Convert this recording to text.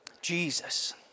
Jesus